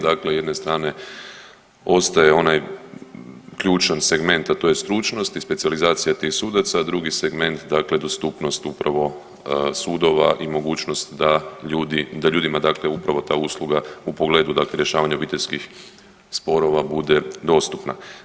Dakle, s jedne strane ostaje onaj ključan segment, a to je stručnost i specijalizacija tih sudaca, a drugi segment dakle dostupnost upravo sudova i mogućnost da ljudi, da ljudima dakle upravo ta usluga u pogledu dakle rješavanja obiteljskih sporova bude dostupna.